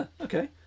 okay